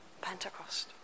Pentecost